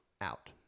out